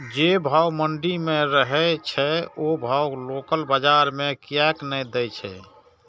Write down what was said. जे भाव मंडी में रहे छै ओ भाव लोकल बजार कीयेक ने दै छै?